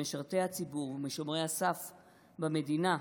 ממשרתי הציבור ומשומרי הסף במדינה,